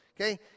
okay